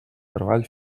treball